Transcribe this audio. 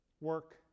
work